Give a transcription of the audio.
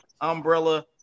Umbrella